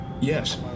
Yes